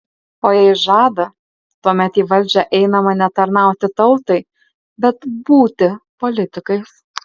o jei žada tuomet į valdžią einama ne tarnauti tautai bet būti politikais